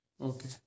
Okay